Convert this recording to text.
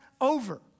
over